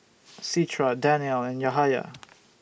Citra Danial and Yahaya